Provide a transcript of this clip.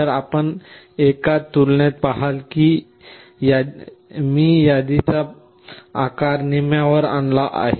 तर आपण एका तुलनेत पहाल की मी यादीचा आकार निम्म्यावर आणला आहे